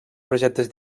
projectes